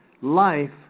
life